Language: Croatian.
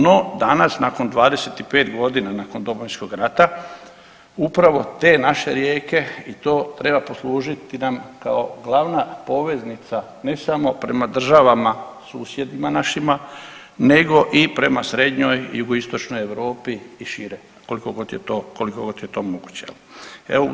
No, danas nakon 25 godina nakon Domovinskog rata upravo te naše rijeke i to treba poslužiti nam kao glavna poveznica ne samo prema Državama susjedima našima nego i prema srednjoj Jugoistočnoj Europi i šire, koliko god je to koliko god je to moguće jel.